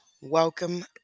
welcome